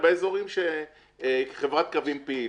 באזורים שחברת קווים פעילה.